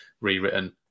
rewritten